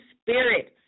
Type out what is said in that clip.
spirit